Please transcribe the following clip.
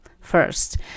first